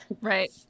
Right